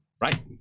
right